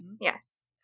yes